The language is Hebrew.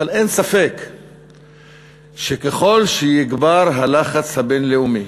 אבל אין ספק שככל שיגבר הלחץ הבין-לאומי